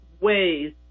ways